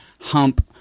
hump